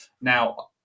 Now